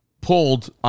pulled